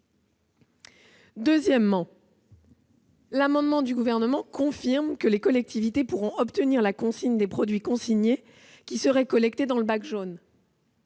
ailleurs, l'amendement du Gouvernement tend à confirmer que les collectivités pourront obtenir la consigne des produits consignés qui seraient collectés dans le bac jaune.